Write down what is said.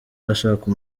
bashaka